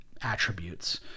attributes